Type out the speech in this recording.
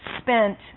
spent